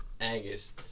Angus